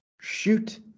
shoot